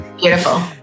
beautiful